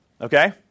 Okay